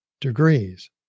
degrees